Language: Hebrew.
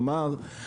כלומר,